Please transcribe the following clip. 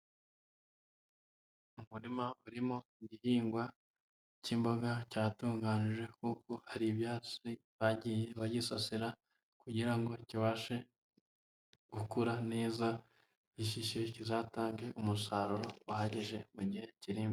Mu murima urimo igihingwa k'imboga cyatunganjwe kuko hari ibyatsi bagiye bagisasira kugira ngo kibashe gukura neza, gishishe kizatange umusaruro uhagije mu gihe kirenga imbere.